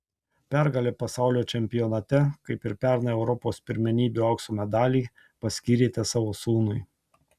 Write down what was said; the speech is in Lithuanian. pergalę pasaulio čempionate kaip ir pernai europos pirmenybių aukso medalį paskyrėte savo sūnui